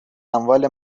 اموال